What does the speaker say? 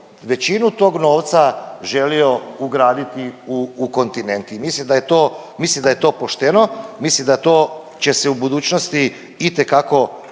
većinu tog novca želio ugraditi u kontinent i mislim da je to pošteno, mislim da to će se u budućnosti itekako vratiti.